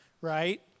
right